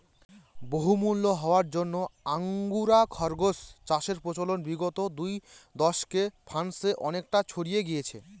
বহুমূল্য হওয়ার জন্য আঙ্গোরা খরগোস চাষের প্রচলন বিগত দু দশকে ফ্রান্সে অনেকটা ছড়িয়ে গিয়েছে